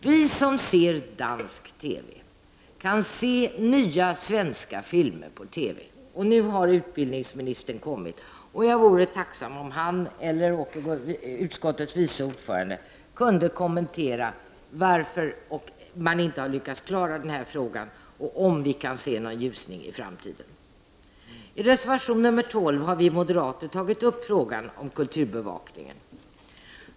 Vi som ser dansk TV kan se nya svenska filmer på TV. Nu ser jag att utbildningsministern har kommit till kammaren, och jag vore tacksam om han eller utskottets vice ordförande kunde svara på frågan varför man inte har lyckats lösa det här problemet och om vi kan se någon ljusning i framtiden. I reservation nr 12 har vi moderater tagit upp frågan om kulturbevakningen.